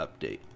update